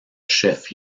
chef